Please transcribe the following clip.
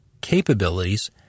capabilities